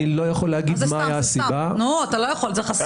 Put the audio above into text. זה סתם, זה חסוי.